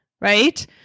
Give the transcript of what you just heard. right